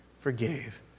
forgave